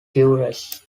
tourists